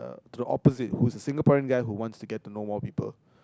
the opposite who's a Singaporean guy who wants to get to know more people